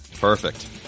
Perfect